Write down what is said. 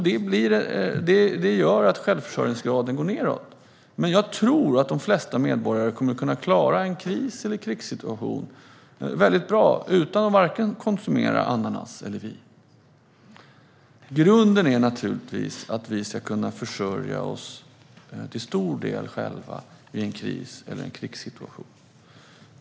Det har gjort att självförsörjningsgraden gått nedåt. Men jag tror att de flesta medborgare kommer att kunna klara en kris eller krigssituation väldigt bra utan att konsumera vare sig ananas eller vin. Grunden är naturligtvis att vi till stor del ska kunna försörja oss själva i en kris eller en krigssituation.